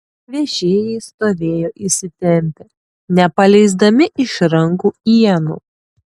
vežėjai stovėjo įsitempę nepaleisdami iš rankų ienų